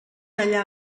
allà